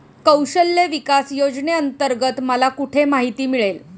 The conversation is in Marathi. कौशल्य विकास योजनेअंतर्गत मला कुठे माहिती मिळेल?